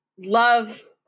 love